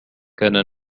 كان